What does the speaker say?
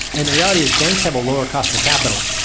and the reality is banks have a lower cost of capital.